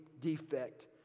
defect